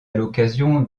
l’occasion